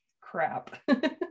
crap